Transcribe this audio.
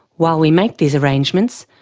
while we make these arrangements,